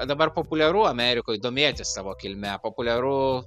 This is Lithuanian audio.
dabar populiaru amerikoj domėtis savo kilme populiaru